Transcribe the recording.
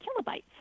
kilobytes